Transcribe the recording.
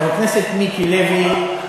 חבר הכנסת מיקי לוי,